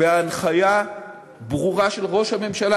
בהנחיה ברורה של ראש הממשלה,